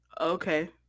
okay